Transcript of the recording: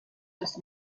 des